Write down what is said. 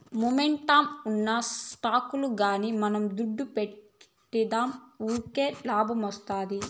momentum ఉన్న స్టాకుల్ల గానీ మనం దుడ్డు పెడ్తిమా వూకినే లాబ్మొస్తాది